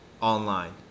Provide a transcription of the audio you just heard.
online